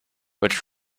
which